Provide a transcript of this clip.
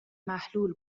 محلول